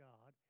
God